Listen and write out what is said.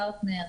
פרטנר,